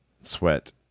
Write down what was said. sweat